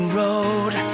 road